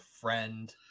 friend